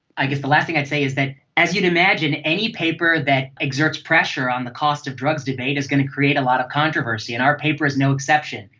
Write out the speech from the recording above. i guess the last thing i'd say is that as you'd imagine, any paper that exerts pressure on the cost of drugs debate is going to create a lot of controversy and our paper is no exception.